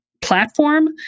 platform